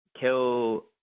kill